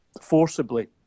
forcibly